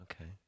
Okay